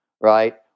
right